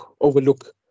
overlook